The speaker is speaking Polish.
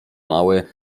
mały